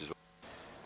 Izvolite.